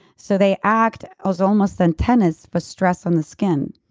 so they act ah so almost antennas for stress on the skin.